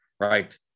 right